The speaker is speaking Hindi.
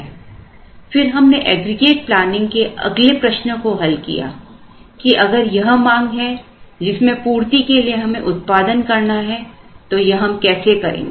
फिर हमने एग्रीगेट प्लानिंग के अगले प्रश्न को हल किया कि अगर यह मांग है जिसमें पूर्ति के लिए हमें उत्पादन करना है तो यह हम कैसे करेंगे